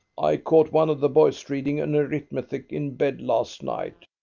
i caught one of the boys reading an arithmetic in bed last night,